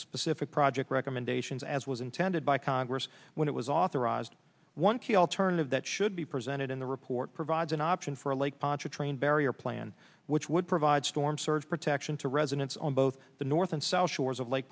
specific project recommendations as was intended by congress when it was authorized one key alternative that should be presented in the report provides an option for a lake ponchartrain barrier plan which would provide storm surge protection to residents on both the north and south shores of lake